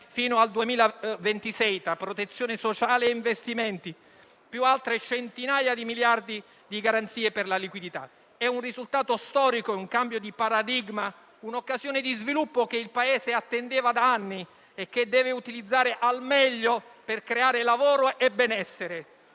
fino al 2026, tra protezione sociale e investimenti, più altre centinaia di miliardi di euro di garanzie per la liquidità. È un risultato storico, un cambio di paradigma e un'occasione di sviluppo che il Paese attendeva da anni e che deve utilizzare al meglio, per creare lavoro e benessere.